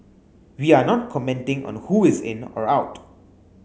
we are not commenting on who is in or out